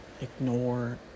ignore